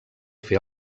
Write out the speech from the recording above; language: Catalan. fer